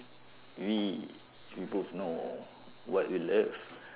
we we both know what we love